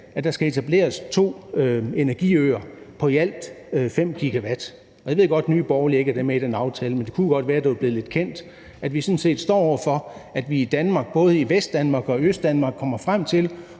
at der skal etableres to energiøer på i alt 5 GW. Og jeg ved godt, at Nye Borgerlige ikke er med i den aftale, men det kunne jo godt være, at det var blevet lidt kendt, at vi sådan set står over for, at vi i Danmark, både i Vestdanmark og i Østdanmark, kommer frem til